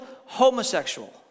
homosexual